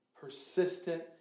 Persistent